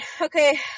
Okay